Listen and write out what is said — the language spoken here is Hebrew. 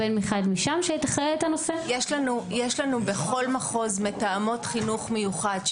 עובד אחד משם שיתכללו את הנושא.) יש לנו בכל מחוז מתאמת חינוך מיוחד,